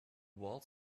world